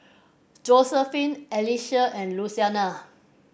Josephine Alicia and Luciana